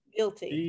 Guilty